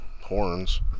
horns